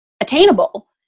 attainable